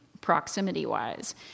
proximity-wise